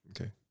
Okay